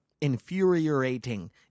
Infuriating